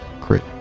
Crit